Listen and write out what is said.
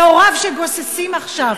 והוריו שגוססים עכשיו,